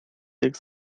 jak